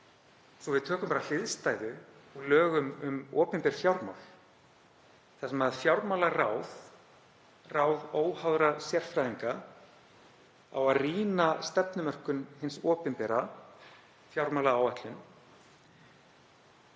Svo að við tökum bara hliðstæðu í lögum um opinber fjármál þar sem fjármálaráð, ráð óháðra sérfræðinga, á að rýna stefnumörkun hins opinbera, þ.e. fjármálaáætlun.